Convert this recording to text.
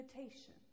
invitation